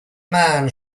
man